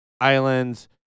Islands